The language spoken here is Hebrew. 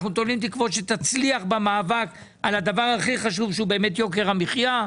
אנחנו תולים תקוות שתצליח במאבק על הדבר הכי חשוב שהוא באמת יוקר המחיה.